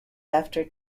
after